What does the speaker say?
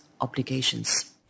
obligations